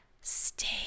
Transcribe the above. Stay